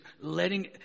letting